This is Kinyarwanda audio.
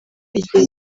igihe